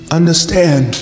understand